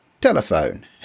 telephone